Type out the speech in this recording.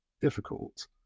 difficult